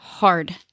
hard